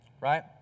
right